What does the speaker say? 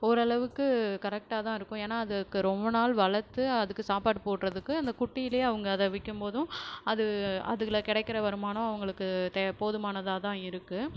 ஓரளவுக்கு கரெக்ட்டாக தான் இருக்கும் ஏன்னா அதுக்கு ரொம்ப நாள் வளர்த்து அதுக்கு சாப்பாடு போடுறதுக்கு அந்தக் குட்டியிலேயே அவங்க அதை விக்கிம் போதும் அது அதில் கிடைக்கிற வருமானம் அவங்களுக்குத் தே போதுமானதாக தான் இருக்கு